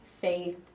faith